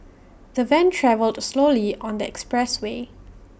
the van travelled slowly on the expressway